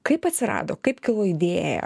kaip atsirado kaip kilo idėja